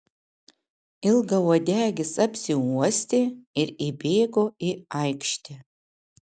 ilgauodegis apsiuostė ir įbėgo į aikštę